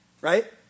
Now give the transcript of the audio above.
right